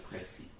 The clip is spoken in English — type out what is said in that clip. précis